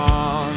on